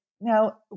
Now